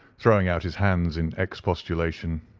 throwing out his hands in expostulation.